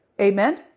Amen